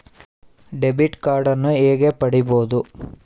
Debit ಕಾರ್ಡನ್ನು ಹೇಗೆ ಪಡಿಬೋದು?